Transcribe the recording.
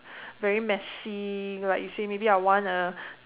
very messy like you say maybe I want a